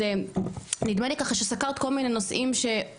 אז נדמה לי ככה שסקרת כל מיני נושאים שאולי,